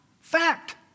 fact